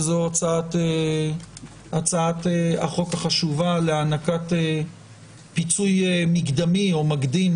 וזו הצעת החוק החשובה להענקת פיצוי מקדמי או מקדים